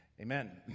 Amen